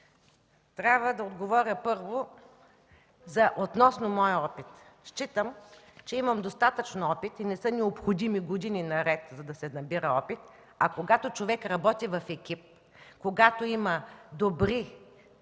трябва да отговоря първо относно моя опит. Считам, че имам достатъчно опит и не са необходими години наред, за да се набира опит. Когато човек работи в екип, когато има добри